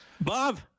Bob